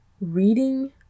reading